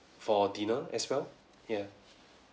for dinner as well ya